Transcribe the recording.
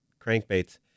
crankbaits